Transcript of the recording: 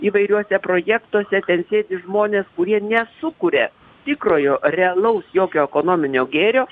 įvairiuose projektuose ten sėdi žmonės kurie nesukuria tikrojo realaus jokio ekonominio gėrio